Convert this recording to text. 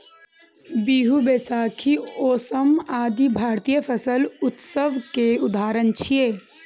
बीहू, बैशाखी, ओणम आदि भारतीय फसल उत्सव के उदाहरण छियै